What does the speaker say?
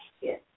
Yes